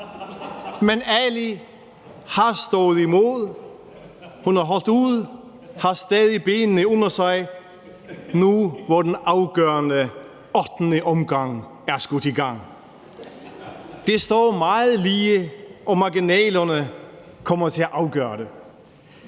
Men Ali har stået imod. Hun har holdt ud, har stadig benene under sig nu, hvor den afgørende ottende omgang er skudt i gang. Det står meget lige, og marginalerne kommer til at afgøre det.